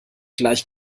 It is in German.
gleich